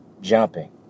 Jumping